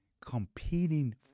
competing